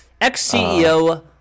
Ex-CEO